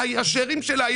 השארים שלה,